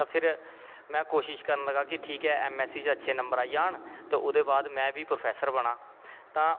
ते फिर में कोशश करन लगा कि ठीक ऐ ऐम ऐस सी च अच्चे नंबर आई जान ते ओह्दे बाद में बी प्रौफैसर बनां तां